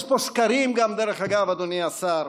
יש פה שקרים גם, דרך אגב, אדוני השר.